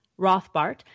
Rothbart